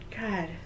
God